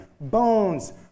bones